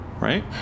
Right